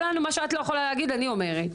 מה שאת לא יכולה להגיד אני אומרת.